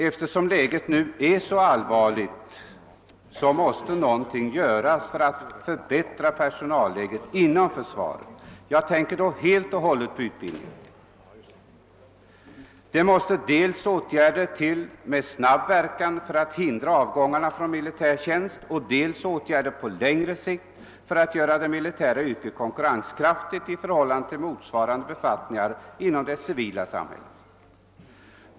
Eftersom läget nu är så allvarligt måste någonting göras för att förbättra personalförhållandena inom försvaret. Jag tänker då helt och hållet på utbildningen. Dels måste åtgärder sättas in med snabb verkan för att hindra avgångarna från militär tjänst, dels måste åtgärder vidtas på längre sikt för att göra det militära yrket konkurrenskraftigt i förhållandena till motsvarande befattningar inom det civila samhället.